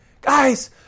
Guys